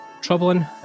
troubling